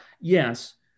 yes